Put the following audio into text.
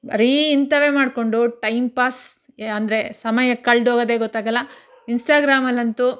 ಬರೀ ಇಂಥವೇ ಮಾಡಿಕೊಂಡು ಟೈಮ್ಪಾಸ್ ಅಂದರೆ ಸಮಯ ಕಳೆದೋಗೋದೇ ಗೊತ್ತಾಗಲ್ಲ ಇನ್ಸ್ಟಾಗ್ರಾಮಲ್ಲಂತೂ